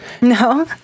No